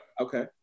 Okay